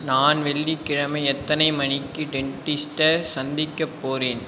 நான் வெள்ளிக்கிழமை எத்தனை மணிக்கு டென்டிஸ்டை சந்திக்கப் போகிறேன்